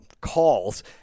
calls